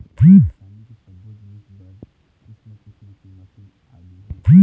किसानी के सब्बो जिनिस बर किसम किसम के मसीन आगे हे